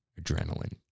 adrenaline